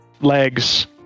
legs